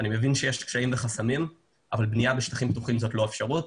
אני מבין שיש קשיים וחסמים אבל בנייה בשטחים פתוחים זאת לא אפשרות.